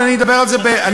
אבל אני אדבר על זה בכנות,